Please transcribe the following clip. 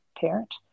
parent